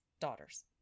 daughters